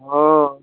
हाँ